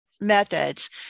methods